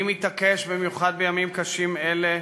אני מתעקש, במיוחד בימים קשים אלה,